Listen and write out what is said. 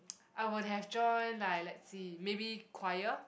I would have joined like let's see maybe choir